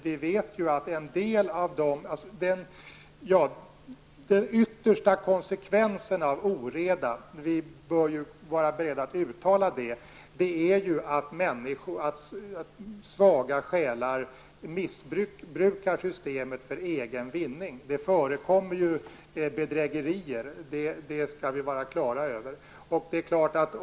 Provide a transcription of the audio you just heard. Den yttersta konsekvensen av oreda -- det bör vi vara beredda att uttala -- är ju att svaga själar missbrukar systemet för egen vinning. Det förekommer ju bedrägerier, och det skall vi vara på det klara med.